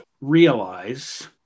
realize